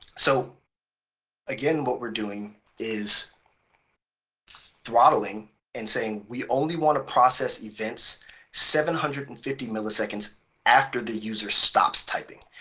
so again, what we're doing is throttling and saying we only want to process events seven hundred and fifty milliseconds after the user stops typing.